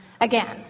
again